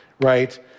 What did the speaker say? right